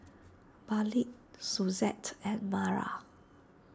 Malik Suzette and Mara